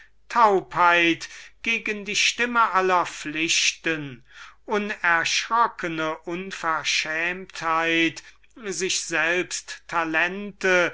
taubheit gegen die stimme aller pflichten unerschrockne unverschämtheit sich selbst talente